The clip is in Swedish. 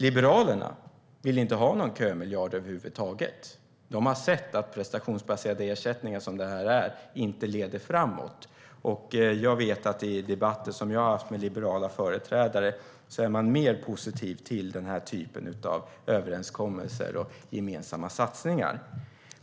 Liberalerna vill inte ha någon kömiljard över huvud taget. De har sett att prestationsbaserade ersättningar, som det här är, inte leder framåt. I debatter som jag har haft med liberala företrädare har man varit mer positiv till den här typen av överenskommelser och gemensamma satsningar.